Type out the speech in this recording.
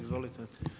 Izvolite.